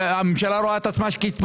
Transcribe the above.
הממשלה רואה את עצמה כמי שהתפרקה,